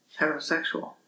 heterosexual